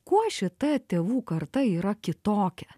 kuo šita tėvų karta yra kitokia